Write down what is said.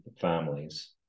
Families